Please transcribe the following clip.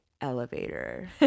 elevator